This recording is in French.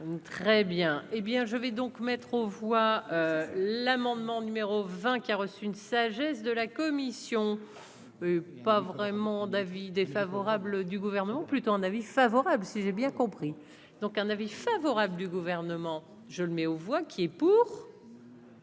hé bien, je vais donc mettre aux voix l'amendement numéro 20 qui a reçu une sagesse de la commission, pas vraiment d'avis défavorable du gouvernement plutôt un avis favorable, si j'ai bien compris donc un avis favorable du gouvernement, je le mets aux voix qui est pour.